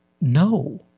No